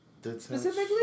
Specifically